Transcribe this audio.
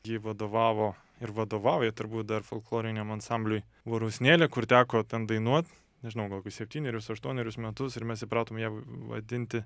ji vadovavo ir vadovauja turbūt dar folkloriniam ansambliui vorusnėlė kur teko ten dainuot nežinau kokius septynerius aštuonerius metus ir mes įpratom ją vadinti